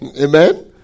Amen